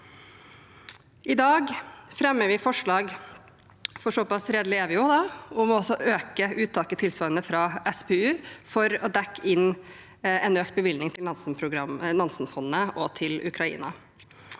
I dag fremmer vi forslag – for såpass redelige er vi jo – om også å øke uttaket tilsvarende fra SPU for å dekke inn en økt bevilgning til Nansen-fondet og til Ukraina.